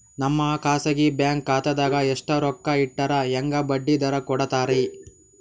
ನಮ್ಮ ಖಾಸಗಿ ಬ್ಯಾಂಕ್ ಖಾತಾದಾಗ ಎಷ್ಟ ರೊಕ್ಕ ಇಟ್ಟರ ಹೆಂಗ ಬಡ್ಡಿ ದರ ಕೂಡತಾರಿ?